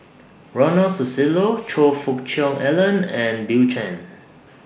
Ronald Susilo Choe Fook Cheong Alan and Bill Chen